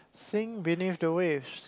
sink beneath the waves